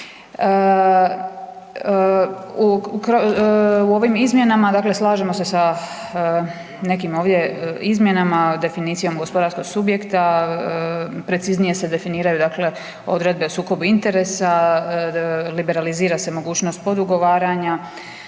U ovim izmjenama dakle slažemo se nekim ovdje izmjenama, definicijom gospodarskog subjekta preciznije se definiraju dakle odredbe o sukobu interesa, liberalizira se mogućnost podugovaranja,